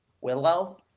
Willow